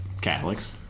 Catholics